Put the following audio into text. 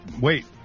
Wait